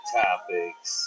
topics